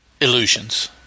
illusions